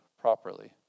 properly